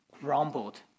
grumbled